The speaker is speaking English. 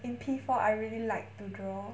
in P four I really liked to draw